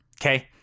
Okay